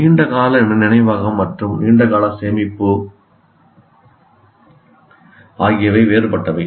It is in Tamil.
நீண்ட கால நினைவாற்றல் மற்றும் நீண்ட கால சேமிப்பு ஆகியவை வேறுபட்டவை